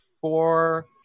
four